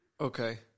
Okay